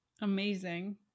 Amazing